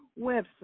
website